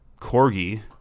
corgi